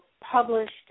published